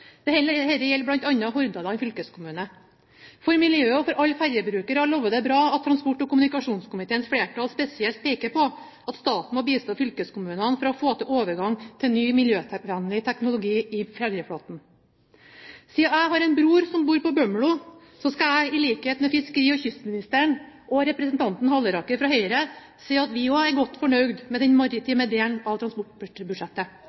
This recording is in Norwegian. gjelder bl.a. Hordaland fylkeskommune. For miljøet og for alle ferjebrukere lover det bra at transport- og kommunikasjonskomiteens flertall spesielt peker på at staten må bistå fylkeskommunene for å få til overgang til ny miljøvennlig teknologi i ferjeflåten. Siden jeg har en bror som bor på Bømlo, vil jeg, i likhet med fiskeri- og kystministeren og representanten Halleraker fra Høyre, si at vi også er godt fornøyd med den